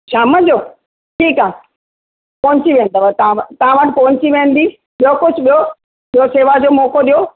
शाम जो ठीकु आहे पहुंची वेंदव तव्हां तव्हां वटि पहुंची वेंदी ॿियो कुझु ॿियो ॿियो शेवा जो मौक़ो ॾियो